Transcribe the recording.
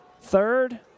Third